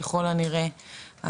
ככל הנראה,